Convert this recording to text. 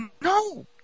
No